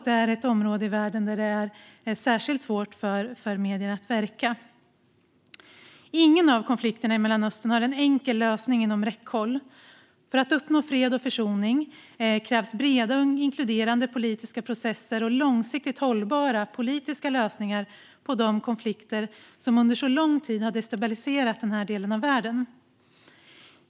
Det är ett område i världen där det är särskilt svårt för medier att verka. Inte för någon av konflikterna i Mellanöstern finns en enkel lösning inom räckhåll. För att uppnå fred och försoning krävs breda och inkluderande politiska processer och långsiktigt hållbara politiska lösningar på de konflikter som under så lång tid har destabiliserat denna del av världen.